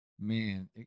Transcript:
man